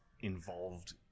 involved